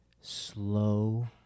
slow